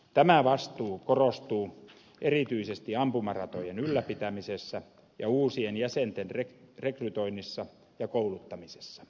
tämä vastuu korostuu erityisesti ampumaratojen ylläpitämisessä ja uusien jäsenten rekrytoinnissa ja kouluttamisessa